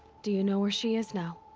do you know where she is now?